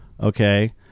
Okay